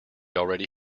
already